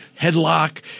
headlock